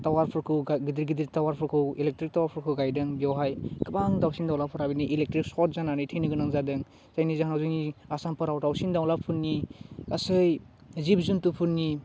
टावारफोरखौ गाइ गिदिर गिदिर टावारफोरखौ इलेक्ट्रिक टावारफोरखौ गाइदों बेवहाय गोबां दाउसिन दाउलाफोरा बिदिनो इलेक्ट्रि सट जानानै थैनो गोनां जादों जायनि जाहोनाव जोंनि आसामफोराव दाउसिन दाउलाफोरनि गासै जिब जुन्थुफोरनि